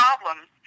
problems